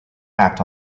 act